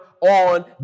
on